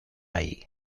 ahí